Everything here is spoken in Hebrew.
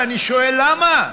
ואני שואל למה?